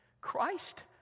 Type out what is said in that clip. Christ